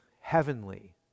heavenly